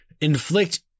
inflict